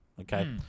Okay